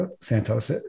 Santos